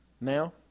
Now